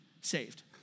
saved